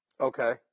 Okay